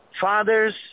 fathers